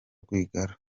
rwigara